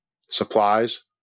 supplies